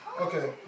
Okay